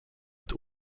het